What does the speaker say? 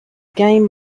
game